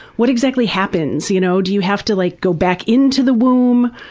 what exactly happens? you know do you have to like go back into the womb?